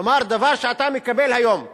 כלומר, דבר שאתה מקבל היום כאזרח,